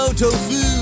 tofu